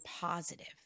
positive